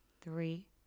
three